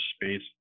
space